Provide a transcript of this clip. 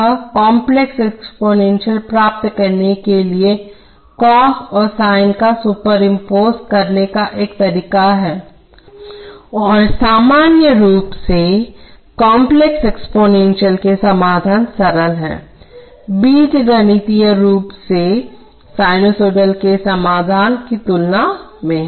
तो यह complex exponential प्राप्त करने के लिए कॉस और साइन को सुपरपोज़ करने का एक तरीका है और सामान्य रूप से काम्प्लेक्स एक्सपोनेंशियल के समाधान सरल हैं बीजगणितीय रूप से साइनसोइडल के समाधान की तुलना में है